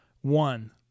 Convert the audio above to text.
One